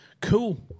cool